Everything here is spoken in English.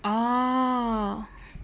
orh